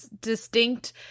distinct